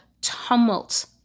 tumult